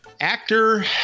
Actor